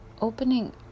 opening